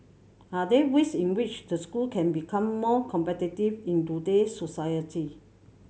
are there ways in which the school can become more competitive in today's society